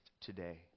today